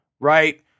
Right